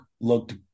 looked